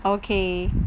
okay